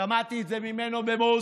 חלק ממנו: